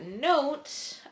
note